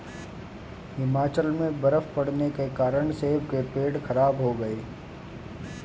हिमाचल में बर्फ़ पड़ने के कारण सेब के पेड़ खराब हो गए